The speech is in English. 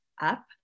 up